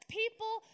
people